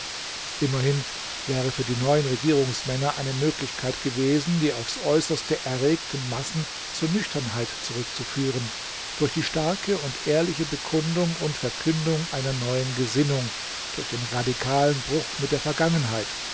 immerhin wäre für die neuen regierungsmänner eine möglichkeit gewesen die aufs äußerste erregten massen zur nüchternheit zurückzuführen durch die starke und ehrliche bekundung und verkündung einer neuen gesinnung durch den radikalen bruch mit der vergangenheit